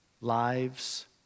Lives